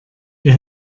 wir